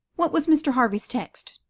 what was mr. harvey's text?